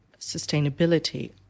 sustainability